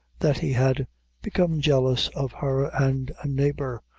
that he had become jealous of her and a neighbor,